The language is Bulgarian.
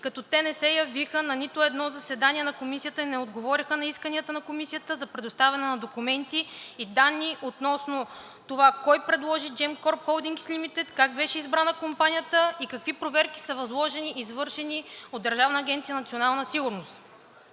като те не се явиха на нито едно заседание на Комисията и не отговориха на исканията на Комисията за предоставяне на документи и данни относно това кой предложи Gemcorp Holdings Limited; как беше избрана компанията и какви проверки са възложени и извършени от Държавна агенция „Национална сигурност“.